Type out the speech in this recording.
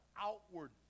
outward